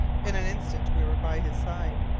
in an instant we were by his side.